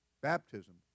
baptism